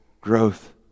growth